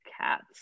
cats